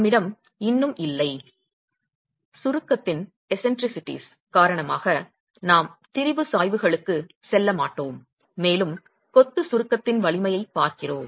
நம்மிடம் இன்னும் இல்லை சுருக்கத்தின் விசித்திரங்கள் காரணமாக நாம் திரிபு சாய்வுகளுக்குச் செல்ல மாட்டோம் மேலும் கொத்து சுருக்கத்தின் வலிமையைப் பார்க்கிறோம்